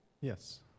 Yes